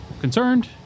concerned